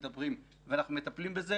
ואנחנו מטפלים בזה.